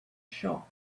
shop